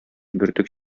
бөртек